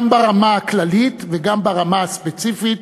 גם ברמה הכללית וגם ברמה הספציפית,